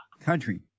country